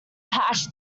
hash